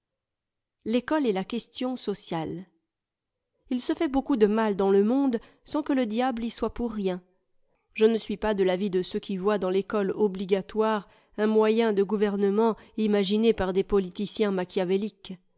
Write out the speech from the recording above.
l'ecole et la question sociale il se fait beaucoup de mal dans le monde sans que le diable y soit pour rien je ne suis pas de l'avis de ceux qui voient dans l'ecole obligatoire un moyen de gouvernement imaginé par des politiciens machiavéliques